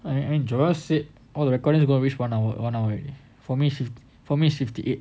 I enjoy said all the recording to going to reach one hour one hour already for me for me is fifty eight